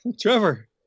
Trevor